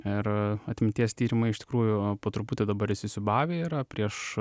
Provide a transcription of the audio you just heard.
ir atminties tyrimai iš tikrųjų po truputį dabar įsisiūbavę yra prieš